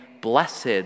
blessed